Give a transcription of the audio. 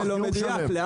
זה לא מדויק, זה לא מדויק.